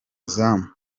izamu